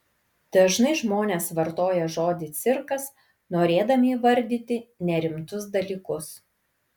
dažnai žmonės vartoja žodį cirkas norėdami įvardyti nerimtus dalykus